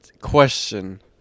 question